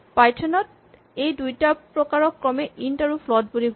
Python ত এই দুইটা প্ৰকাৰক ক্ৰমে ইন্ট আৰু ফ্লট বুলি কয়